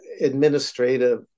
administrative